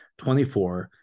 24